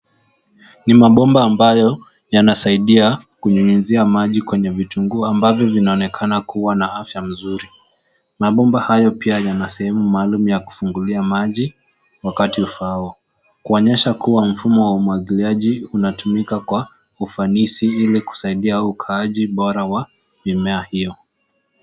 Ni mabomba ambayo yanasaidia kunyunyizia maji kwenye vitunguu ambavyo vinaonekana kuwa na afya mzuri. Mabomba hayo pia yana sehemu maalum ya kufungilia maji wakati ufaao, kuonyesha kuwa mfumo wa umwagiliaji unatumika kwa ufanisi ili kusiadia ukaaji bora wa mimea hiyo.